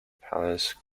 palace